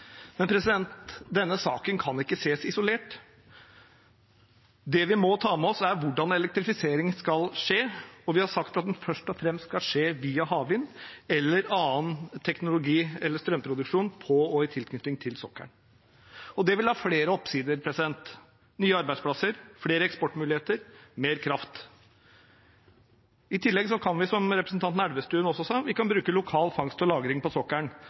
men denne saken kan ikke ses isolert. Det vi må ta med oss, er hvordan elektrifisering skal skje, for vi har sagt at den først og fremst skal skje via havvind eller annen teknologi eller strømproduksjon på og i tilknytning til sokkelen. Det vil ha flere oppsider: nye arbeidsplasser, flere eksportmuligheter, mer kraft. I tillegg kan vi, som representanten Elvestuen også sa, bruke lokal fangst og lagring på sokkelen.